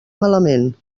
malament